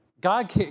God